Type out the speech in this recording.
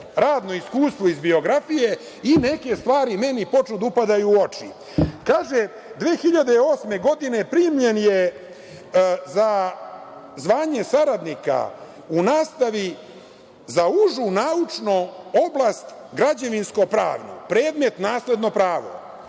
radno iskustvo iz biografije i neke stvari meni počnu da upadaju u oči. Kaže – 2008. godine primljen je za zvanje saradnika u nastavi za užu naučnu oblast građevinsko-pravnu, predmet – nasledno pravo.